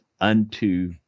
unto